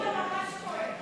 פה אתה ממש טועה.